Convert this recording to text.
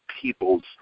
people's